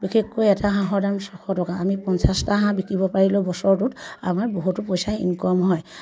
বিশেষকৈ এটা হাঁহৰ দাম ছশ টকা আমি পঞ্চাছটা হাঁহ বিকিব পাৰিলেও বছৰটোত আমাৰ বহুতো পইচা ইনকম হয়